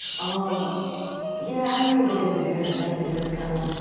um yeah, i mean, he's a good dude. i think he just. kind of